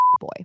boy